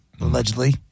allegedly